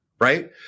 right